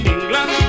England